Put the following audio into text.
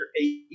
eight